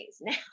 now